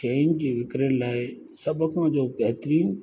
शयुनि जी विकिरण लाइ सभ खां जो बहितरीन